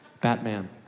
Batman